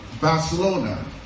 Barcelona